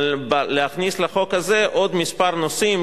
להכניס לחוק הזה עוד כמה נושאים,